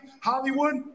hollywood